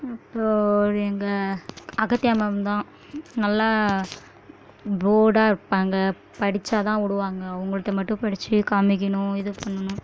அப்புறம் எங்கள் அகத்தியா மேம் தான் நல்லா போல்டாக இருப்பாங்க படிச்சால் தான் விடுவாங்க அவங்கள்ட்ட மட்டும் படித்து காமிக்கணும் இது பண்ணணும்